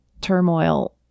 turmoil